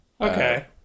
Okay